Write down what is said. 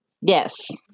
Yes